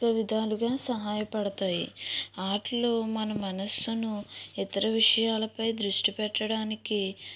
అనేక విధాలుగా సహాయపడతాయి ఆటలు మన మనస్సును ఇతర విషయాలపై దృష్టి పెట్టడానికి